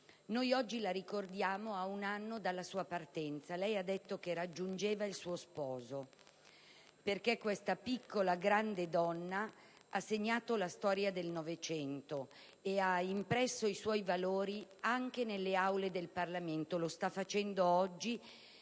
Noi oggi la ricordiamo ad un anno della sua partenza - lei ha detto che raggiungeva il suo sposo - perché questa piccola grande donna ha segnato la storia del Novecento e ha impresso i suoi valori anche nelle aule del Parlamento; lo sta facendo oggi,